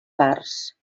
parts